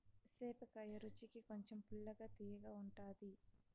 సేపకాయ రుచికి కొంచెం పుల్లగా, తియ్యగా ఉంటాది